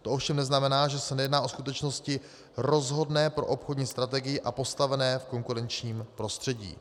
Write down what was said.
To ovšem neznamená, že se nejedná o skutečnosti rozhodné pro obchodní strategii a postavení v konkurenčním prostředí.